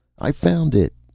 i found it!